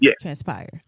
transpire